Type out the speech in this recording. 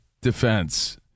defense